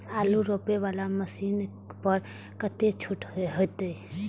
आलू रोपे वाला मशीन पर कतेक छूट होते?